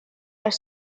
are